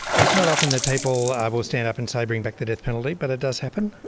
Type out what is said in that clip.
it's not often that people will stand up and say bring back the death penalty but it does happen.